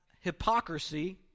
hypocrisy